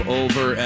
over